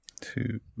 Two